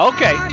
Okay